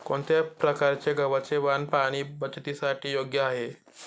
कोणत्या प्रकारचे गव्हाचे वाण पाणी बचतीसाठी योग्य आहे?